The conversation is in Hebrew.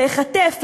להיחטף,